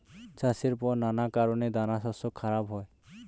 চাষের পর নানা কারণে দানাশস্য খারাপ হয়